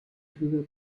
höhe